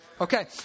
Okay